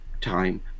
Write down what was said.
time